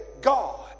God